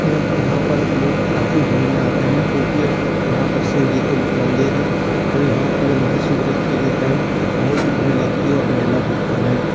यहाँ पर लोग काफ़ी घूमने आते हैं क्योकि ये यहाँ पर शिव जी के मंदिर हैं और यहाँ पर महाशिवरत्रि की टाइम बहुत भीड़ लगती है और मेला भरता है